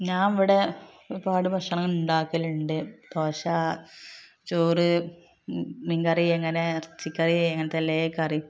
ഞാൻ ഇവിടെ ഒരുപാട് ഭക്ഷണം ഉണ്ടാക്കലുണ്ട് ദോശ ചോറ് മീൻകറി അങ്ങനെ ഇറച്ചിക്കറി അങ്ങനത്തെ എല്ലേകറിയും